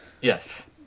yes